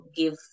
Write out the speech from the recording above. give